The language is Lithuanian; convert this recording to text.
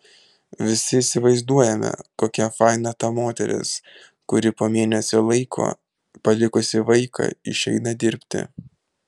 visi įsivaizduojame kokia faina ta moteris kuri po mėnesio laiko palikusi vaiką išeina dirbti